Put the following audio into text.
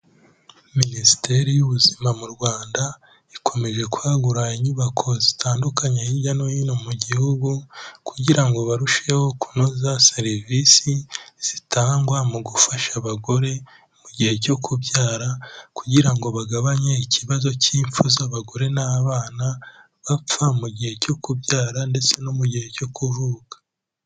Minisiteri y'ubuzima mu Rwanda ikomeje kwagura inyubako zitandukanye hirya no hino mu gihugu, kugira ngo barusheho kunoza serivisi zitangwa mu gufasha abagore mu gihe cyo kubyara, kugira ngo bagabanye ikibazo cy'impfu z'abagore n'abana bapfa mu gihe cyo kubyara ndetse no mu gihe cyo kuvuka.